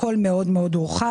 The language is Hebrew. הכול מאוד מאוד הורחב.